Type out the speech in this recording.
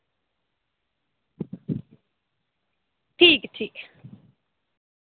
ठीक ठीक